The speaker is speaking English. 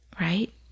right